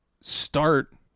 start